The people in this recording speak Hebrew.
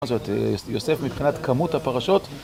יוסף מבחינת כמות הפרשות